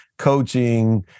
coaching